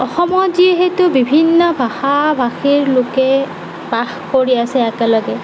অসমত যিহেতু বিভিন্ন ভাষা ভাষীৰ লোকে বাস কৰি আছে একেলগে